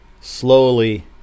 slowly